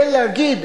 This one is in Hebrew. זה להגיד: